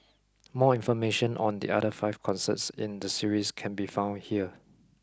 more information on the other five concerts in the series can be found here